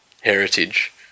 heritage